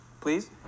please